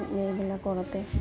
এইবিলাক কৰোঁতে